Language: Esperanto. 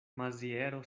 maziero